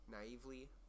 naively